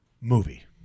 movie